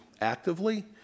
actively